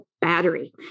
battery